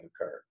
occurred